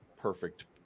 perfect